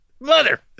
mother